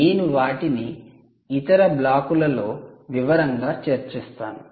నేను వాటిని ఇతర బ్లాకులలో వివరంగా చర్చిస్తాను